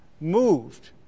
moved